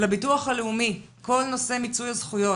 לביטוח הלאומי כל נושא מיצוי הזכויות.